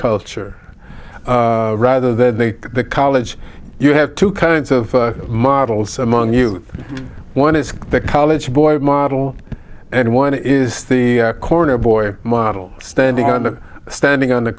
culture rather the college you have two kinds of models among you one is the college boy model and one is the corner boy model standing and standing on the